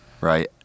right